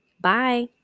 Bye